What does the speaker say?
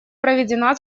проведена